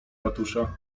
ratusza